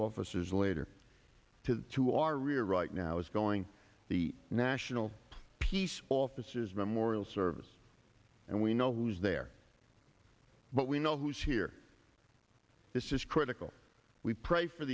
officers later to to our rear right now is going the national peace officers memorial service and we know who's there but we know who's here this is critical we pray for